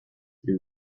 you